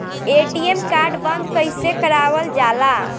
ATM card बन्द कईसे करावल जाला?